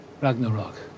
Ragnarok